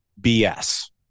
BS